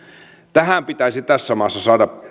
tähän hommaan pitäisi tässä maassa saada